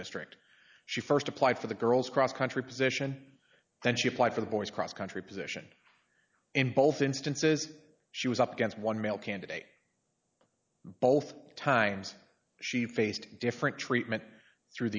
district she st applied for the girl's cross country position then she applied for the boy's cross country position in both instances she was up against one male candidate both times she faced different treatment through